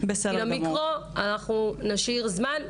כי למיקרו נשאיר זמן,